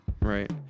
Right